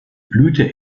blüte